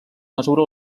mesura